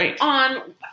on